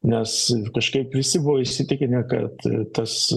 nes kažkaip visi buvo įsitikinę kad tas